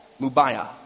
Mubaya